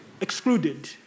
excluded